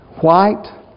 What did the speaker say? white